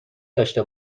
داشته